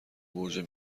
برج